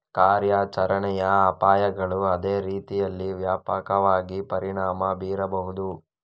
ಕಾರ್ಯಾಚರಣೆಯ ಅಪಾಯಗಳು ಅದೇ ರೀತಿಯಲ್ಲಿ ವ್ಯಾಪಕವಾಗಿ ಪರಿಣಾಮ ಬೀರಬಹುದು